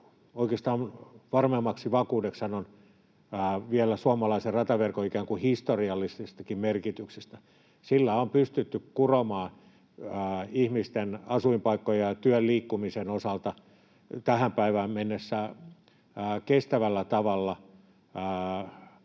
Oikeastaan sen varmemmaksi vakuudeksi sanon vielä suomalaisen rataverkon ikään kuin historiallisestakin merkityksestä: Sillä on pystytty kuromaan ihmisten asuinpaikkoja työn ja liikkumisen osalta tähän päivään mennessä kestävällä tavalla,